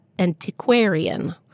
Antiquarian